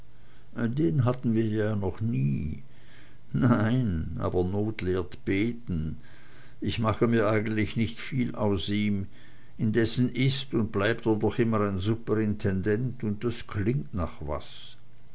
den hatten wir ja noch nie nein aber not lehrt beten ich mache mir eigentlich nicht viel aus ihm indessen is und bleibt er doch immer ein superintendent und das klingt nach was